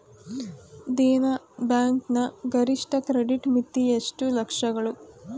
Dena bank ನ ಗರಿಷ್ಠ credit ಮಿತಿ ಎಷ್ಟು ಲಕ್ಷಗಳು?